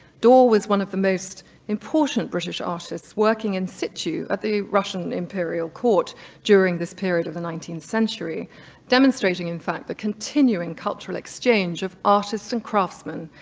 dawe was one of the most important british artists working in situ at the russian imperial court during this period of the nineteenth century demonstrating, in fact, the continuing cultural exchange of artists and craftsman,